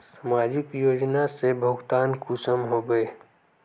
समाजिक योजना से भुगतान कुंसम होबे?